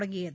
தொடங்கியது